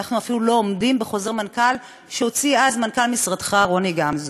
אנחנו אפילו לא עומדים בחוזר מנכ"ל שהוציא אז מנכ"ל משרדך רוני גמזו.